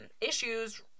issues